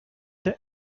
the